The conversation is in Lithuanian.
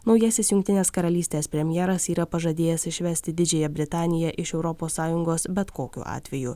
naujasis jungtinės karalystės premjeras yra pažadėjęs išvesti didžiąją britaniją iš europos sąjungos bet kokiu atveju